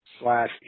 slash